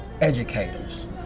educators